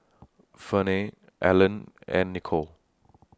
Ferne Alleen and Nicole